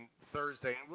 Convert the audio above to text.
Thursday